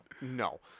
no